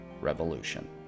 Revolution